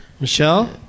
Michelle